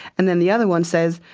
and then the other one says,